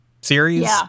series